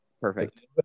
Perfect